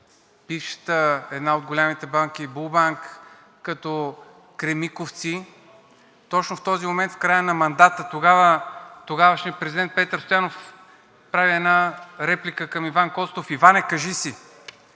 – една от големите банки, „Булбанк“, като „Кремиковци“, точно в този момент в края на мандата тогавашният президент Петър Стоянов направи една реплика към Иван Костов: „Иване, кажи си!“